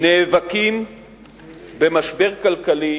נאבקים במשבר כלכלי